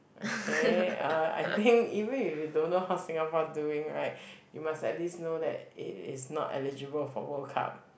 okay uh I think even if you don't know how Singapore doing right you must at least know that it is not eligible for World Cup